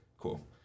Cool